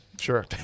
Sure